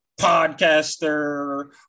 podcaster